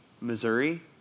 Missouri